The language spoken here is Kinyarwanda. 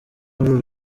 n’uru